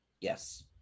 Yes